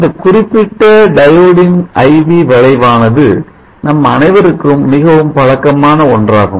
இந்த குறிப்பிட்ட டயோடின் I V வளைவானது நம் அனைவருக்கும் மிகவும் பழக்கமான ஒன்றாகும்